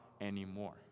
anymore